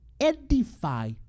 edify